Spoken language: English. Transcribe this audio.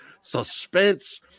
suspense